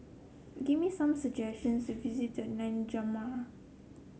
give me some suggestions to visit in N'Djamena